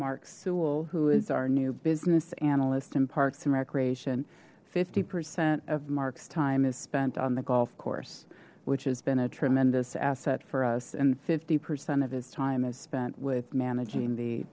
sewell who is our new business analyst and parks and recreation fifty percent of marks time is spent on the golf course which has been a tremendous asset for us and fifty percent of his time is spent with managing the